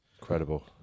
Incredible